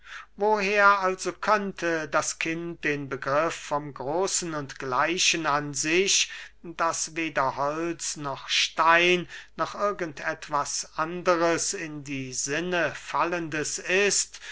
woher also könnte das kind den begriff vom großen und gleichen an sich das weder holz noch stein noch irgend etwas anderes in die sinne fallendes ist